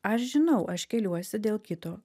aš žinau aš keliuosi dėl kito